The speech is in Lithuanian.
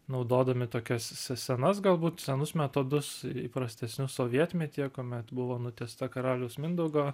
naudodami tokias se senas galbūt senus metodus įprastesnius sovietmetyje kuomet buvo nutiesta karaliaus mindaugo